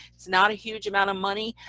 it's not a huge amount of money.